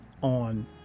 on